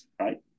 Right